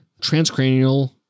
transcranial